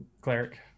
cleric